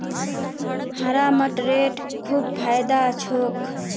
हरा मटरेर खूब फायदा छोक